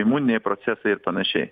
imuniniai procesai ir panašiai